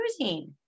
cruising